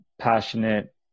passionate